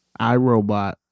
iRobot